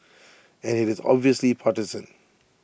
and IT is obviously partisan